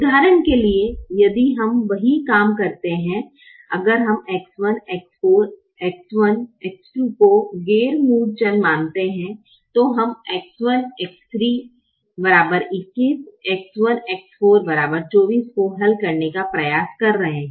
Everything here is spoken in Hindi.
उदाहरण के लिए यदि हम एक वही काम करते हैं अगर हम X1 X4 X1 X2 को गैर मूल चर मानते हैं तो हम 1X3 21 1X4 24 को हल करने का प्रयास कर रहे हैं